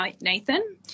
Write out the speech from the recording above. Nathan